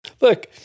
look